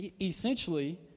essentially